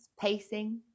pacing